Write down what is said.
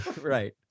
right